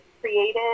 created